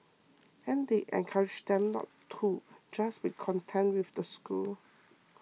and they encourage them not to just be content with the school